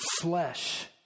flesh